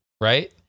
right